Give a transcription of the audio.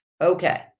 Okay